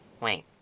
Wait